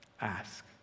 ask